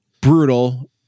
Brutal